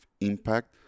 impact